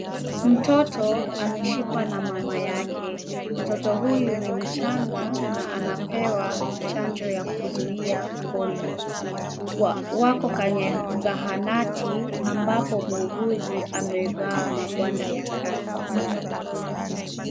Mtoto ameshikwa na mama yake. Mtoto huyu ni mchanga na anapewa chanjo ya kuzuia polio. Wako kwenye zahanati ambapo muuguzi amevaa magwanda ya kazi.